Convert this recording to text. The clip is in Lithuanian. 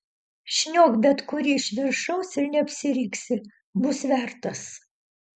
šniok bet kurį iš viršaus ir neapsiriksi bus vertas